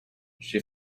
she